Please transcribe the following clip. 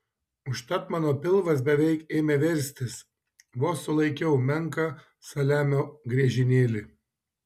užtat mano pilvas beveik ėmė verstis vos sulaikiau menką saliamio griežinėlį